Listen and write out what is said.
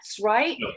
right